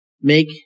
Make